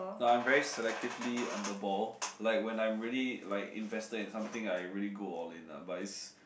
no I'm very selectively on the ball like when I'm really like invested in something I really go all in lah but is